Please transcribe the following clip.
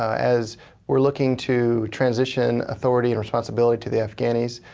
as weire looking to transition authority and responsibility to the afghanis,